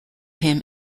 him